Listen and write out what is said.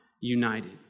united